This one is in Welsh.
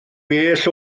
bell